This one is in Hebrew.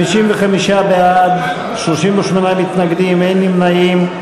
55 בעד, 38 מתנגדים, אין נמנעים.